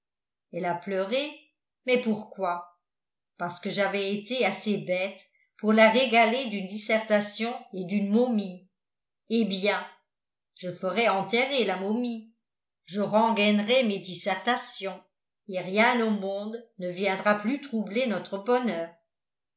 elle a pleuré mais pourquoi parce que j'avais été assez bête pour la régaler d'une dissertation et d'une momie eh bien je ferai enterrer la momie je rengainerai mes dissertations et rien au monde ne viendra plus troubler notre bonheur